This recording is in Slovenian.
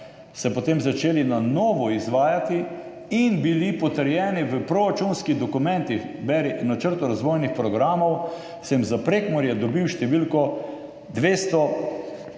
se potem začeli na novo izvajati in bili potrjeni v proračunskih dokumentih, beri v načrtu razvojnih programov, sem za Prekmurje dobil številko 263